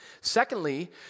Secondly